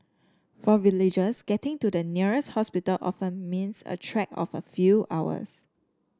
for villagers getting to the nearest hospital often means a trek of a few hours